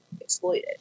exploited